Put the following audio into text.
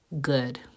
good